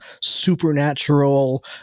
supernatural